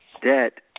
debt